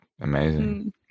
Amazing